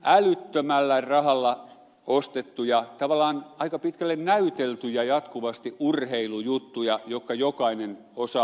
älyttömällä rahalla ostettuja tavallaan aika pitkälle näyteltyjä jatkuvasti urheilujuttuja jotka jokainen osaa